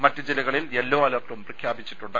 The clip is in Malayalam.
മറ്റ് ജില്ലകളിൽ യെല്ലോ അലർട്ടും പ്രഖ്യാപിച്ചിട്ടുണ്ട്